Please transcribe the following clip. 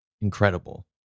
incredible